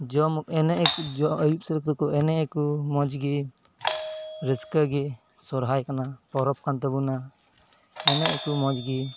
ᱡᱚᱢ ᱮᱱᱮᱡ ᱟᱠᱚ ᱟᱹᱭᱩᱵ ᱥᱮᱫ ᱛᱮᱫᱚ ᱮᱱᱮᱡ ᱟᱠᱚ ᱢᱚᱡᱽᱜᱮ ᱨᱟᱹᱥᱠᱟᱹᱜᱮ ᱥᱚᱦᱚᱨᱟᱭ ᱠᱟᱱᱟ ᱯᱚᱨᱚᱵᱽ ᱠᱟᱱ ᱛᱟᱵᱳᱱᱟ ᱮᱱᱮᱡ ᱟᱠᱚ ᱢᱚᱡᱽᱜᱮ